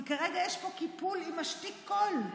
כי כרגע יש פה קיפול עם משתיק קול.